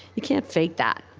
you can't fake that,